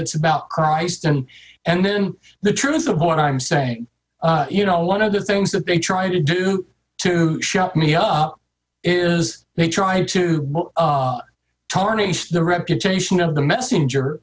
it's about christ and and the truth of what i'm saying you know one of the things that they try to do to shut me up is they try to tarnish the reputation of the messenger